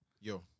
Yo